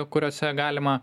kuriose galima